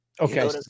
Okay